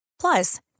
Plus